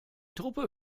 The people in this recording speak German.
truppe